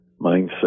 mindset